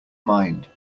mind